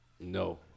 No